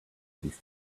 these